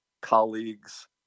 colleagues